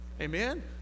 Amen